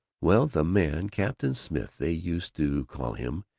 well, the man captain smith they used to call him,